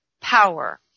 power